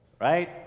Right